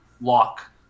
lock